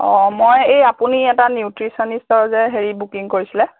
অঁ মই এই আপুনি এটা নিউট্ৰিচনীষ্টৰ যে হেৰি বুকিং কৰিছিলে